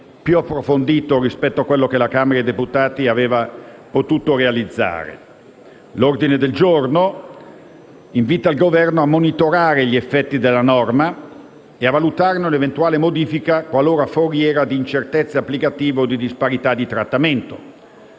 più approfondito rispetto a quello che la Camera dei deputati aveva potuto realizzare. L'ordine del giorno invita il Governo a monitorare gli effetti della norma e a valutarne un'eventuale modifica qualora sia foriera di incertezza applicativa o di disparità di trattamento.